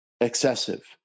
excessive